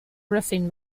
roofing